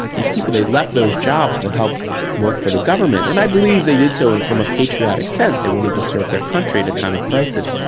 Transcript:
these people, they left those jobs to help work for the government. and i believe they did so and from a patriotic sense, they wanted to serve their country at a time of crisis.